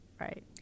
right